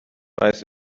weiß